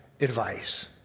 advice